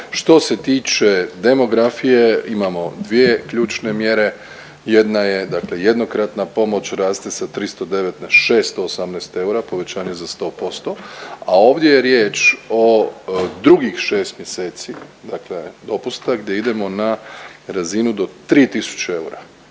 Što se tiče demografije imamo dvije ključne mjere, jedna je dakle jednokratna pomoć raste sa 309 na 618 eura povećanje za 100%, a ovdje je riječ o drugih šest mjeseci dopusta gdje idemo na razinu do tri